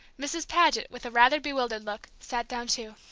mrs. paget, with a rather bewildered look, sat down, too.